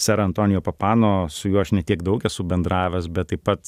serą antonio papano su juo aš ne tiek daug esu bendravęs bet taip pat